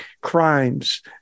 crimes